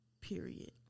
Period